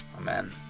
Amen